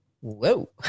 whoa